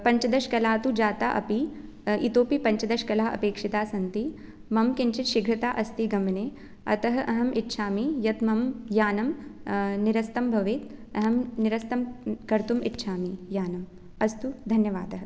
पञ्चदशकला तु जाता अपि इतोऽपि पञ्चदशकलाः अपेक्षिताः सन्ति मम किञ्चित् शीघ्रता अस्ति गमने अतः अहम् इच्छामि यत् मम यानं निरस्तं भवेत् अहं निरस्तं कर्तुम् इच्छामि यानम् अस्तु धन्यवादः